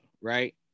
right